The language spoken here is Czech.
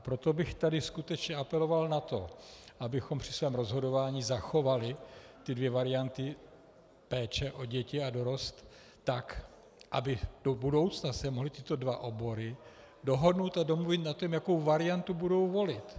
Proto bych tady skutečně apeloval na to, abychom při svém rozhodování zachovali dvě varianty péče o děti a dorost tak, aby do budoucna se mohly tyto dva obory dohodnout a domluvit na tom, jakou variantu budou volit.